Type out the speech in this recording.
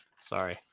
Sorry